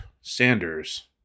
Sanders